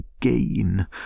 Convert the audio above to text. gain